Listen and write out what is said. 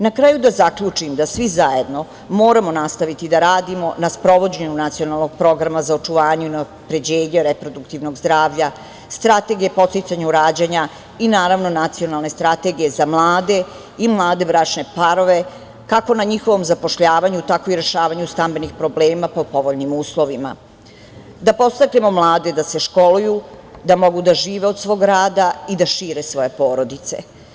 Na kraju da zaključim da svi zajedno moramo nastaviti da radimo na sprovođenju Nacionalnog programa za očuvanje i unapređenje reproduktivnog zdravlja, Strategije podsticanja rađanja i, naravno, Nacionalne strategije za mlade i mlade bračne parove kako na njihovom zapošljavanju, tako i rešavanju stambenih problema po povoljnim uslovima, da podstaknemo mlade da se školuju, da mogu da žive od svog rada i da šire svoje porodice.